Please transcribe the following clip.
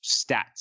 stats